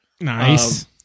nice